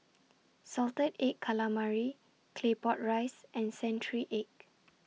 Salted Egg Calamari Claypot Rice and Century Egg